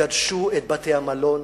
גדשו את בתי-המלון,